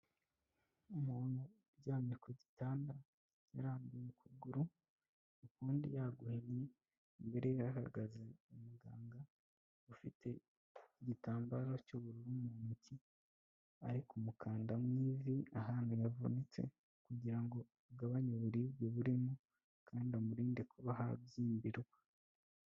Umuntu uryamye ku gitanda yarambuye ukuguru ukundi yaguhinnye, imbere ye hahagaze umuganga ufite igitambaro cy'ubururu mu ntoki, ari kumukanda mu ivi ahantu yavunitse kugira ngo agabanye uburibwe burimo kandi amurinde kuba habyimbirwa